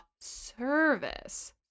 service